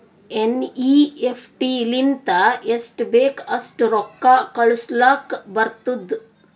NEFT ಲಿಂತ ಎಸ್ಟ್ ಬೇಕ್ ಅಸ್ಟ್ ರೊಕ್ಕಾ ಕಳುಸ್ಲಾಕ್ ಬರ್ತುದ್